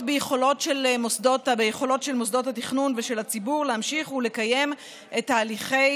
ביכולות של מוסדות התכנון ושל הציבור להמשיך ולקיים את הליכי